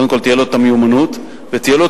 קודם כול, תהיה לו המיומנות, ותהיה לו